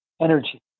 Energy